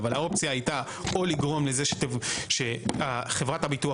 אבל האופציה הייתה או לגרום לזה שחברת הביטוח